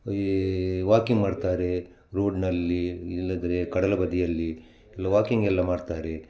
ಈ ವಾಕಿಂಗ್ ಮಾಡ್ತಾರೆ ರೋಡಿನಲ್ಲಿ ಇಲ್ಲದ್ದರೆ ಕಡಲಬದಿಯಲ್ಲಿ ಎಲ್ಲ ವಾಕಿಂಗ್ ಎಲ್ಲ ಮಾಡ್ತಾರೆ